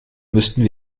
müssten